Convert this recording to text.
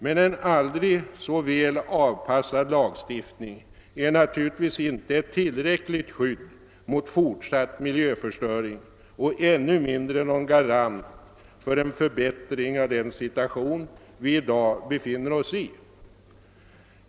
Men en aldrig så väl avpassad lagstiftning är naturligtvis inte tillräckligt skydd mot fortsatt miljöförstöring och ännu mindre någon garant för en förbättring av den situation vi i dag befinner oss i.